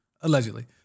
allegedly